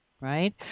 right